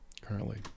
currently